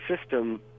system